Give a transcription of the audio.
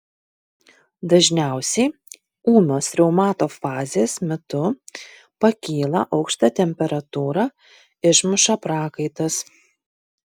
dažniausiai ūmios reumato fazės metu pakyla aukšta temperatūra išmuša prakaitas